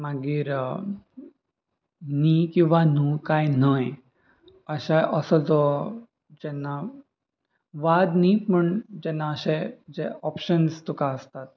मागीर न्ही किंवां न्हू काय न्हय अशें असो जो जेन्ना वाद न्हय पूण जेन्ना अशे जे ऑप्शन्स तुका आसतात